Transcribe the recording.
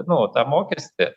nu tą mokestį